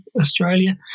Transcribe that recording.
Australia